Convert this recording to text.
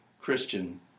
Christian